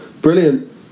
brilliant